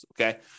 okay